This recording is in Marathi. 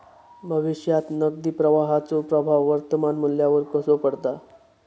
भविष्यात नगदी प्रवाहाचो प्रभाव वर्तमान मुल्यावर कसो पडता?